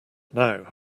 now